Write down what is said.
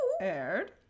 aired